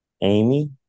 Amy